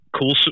cool